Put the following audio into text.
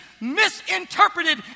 misinterpreted